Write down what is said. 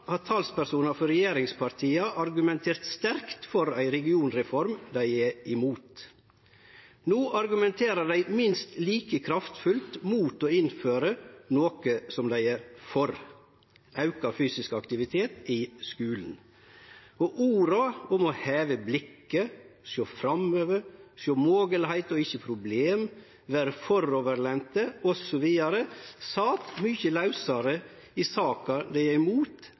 har talspersonar for regjeringspartia argumentert sterkt for ei regionreform dei er imot. No argumenterer dei minst like kraftfullt mot å innføre noko som dei er for: auka fysisk aktivitet i skulen. Orda om å heve blikket, sjå framover, sjå moglegheiter og ikkje problem, vere framoverlente, osv., sat mykje lausare i saka dei er imot,